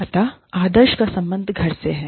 अत आदर्श का संबंध घर से है